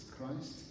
Christ